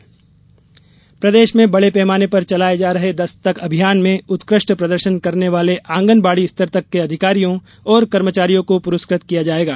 आंगनबाड़ी प्रदेश में बड़े पैमाने पर चलाये जा रहे दस्तक अभियान में उत्कृष्ट प्रदर्शन करने वाले आंगनबाड़ी स्तर तक के अधिकारियों और कर्मचारियों को पुरस्कृत किया जायेगा